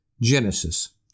Genesis